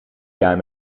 jaar